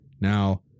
Now